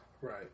Right